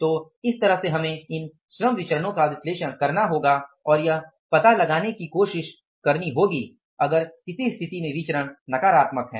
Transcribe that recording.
तो इस तरह से हमें इन श्रम विचरणो का विश्लेषण करना होगा और यह पता लगाने की कोशिश करनी होगी अगर किसी स्थिति में विचरण नकारात्मक है